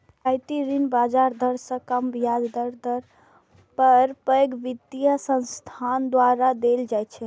रियायती ऋण बाजार दर सं कम ब्याज दर पर पैघ वित्तीय संस्थान द्वारा देल जाइ छै